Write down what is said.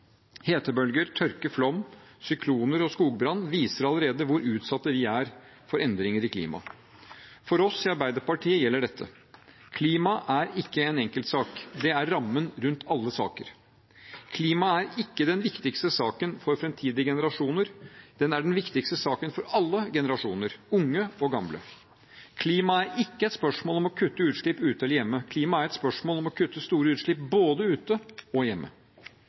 Hetebølger, tørke, flom, sykloner og skogbranner viser allerede hvor utsatte vi er for endringer i klimaet. For oss i Arbeiderpartiet gjelder dette: Klima er ikke en enkeltsak, det er rammen rundt alle saker. Klima er ikke den viktigste saken for framtidige generasjoner, det er den viktigste saken for alle generasjoner – unge og gamle. Klima er ikke et spørsmål om å kutte utslipp ute eller hjemme, klima er et spørsmål om å kutte store utslipp både ute og hjemme.